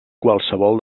qualsevol